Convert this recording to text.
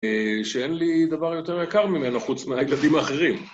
שאין לי דבר יותר יקר ממנו חוץ מהעגלים האחרים.